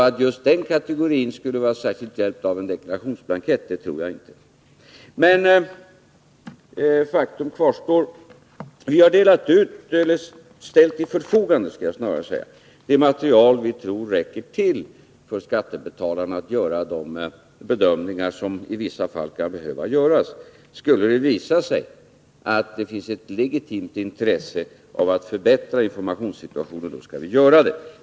Att just den kategorin skulle vara särskilt hjälpt av en deklarationsblankett tror jag inte. Men faktum kvarstår. Vi har delat ut — eller ställt till förfogande, skall jag snarare säga — ett material som vi tror räcker till för skattebetalarna för att göra de bedömningar som i vissa fall kan behöva göras. Skulle det visa sig att det finns ett legitimt intresse av att förbättra informationssituationen skall vi göra det.